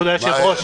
בוקר טוב,